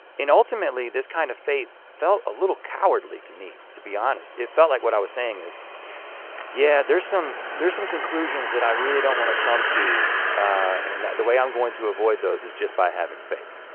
ultimately, this kind of faith felt a little cowardly to me, to be honest. it felt like what i was saying is yeah, there's some there's some conclusions that i really don't wanna come to and the way i'm going to avoid those is just by having faith.